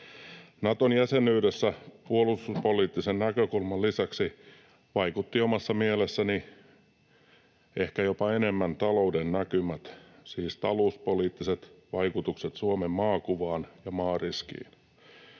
Naton jäsenyydessä puolustuspoliittisen näkökulman lisäksi vaikuttivat omassa mielessäni ehkä jopa enemmän talouden näkymät, siis talouspoliittiset vaikutukset Suomen maakuvaan ja maariskiin.